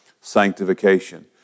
sanctification